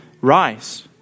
Rise